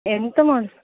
ಎಂತ ಮಾಡೋದ್